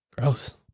Gross